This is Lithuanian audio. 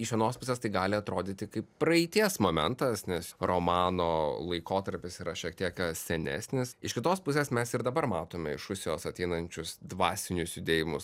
iš vienos pusės tai gali atrodyti kaip praeities momentas nes romano laikotarpis yra šiek tiek senesnis iš kitos pusės mes ir dabar matome iš rusijos ateinančius dvasinius judėjimus